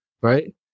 right